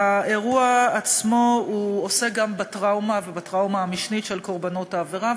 האירוע עצמו עוסק גם בטראומה ובטראומה המשנית של קורבנות העבירה,